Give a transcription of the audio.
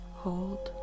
hold